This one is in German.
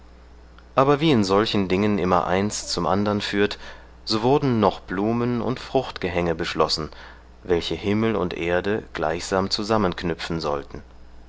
aber wie in solchen dingen immer eins zum andern führt so wurden noch blumen und fruchtgehänge beschlossen welche himmel und erde gleichsam zusammenknüpfen sollten